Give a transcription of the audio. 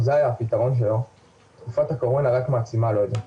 זה היה הפתרון שלו תקופת הקורונה רק מעצימה לו את זה,